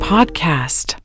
PodCast